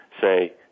say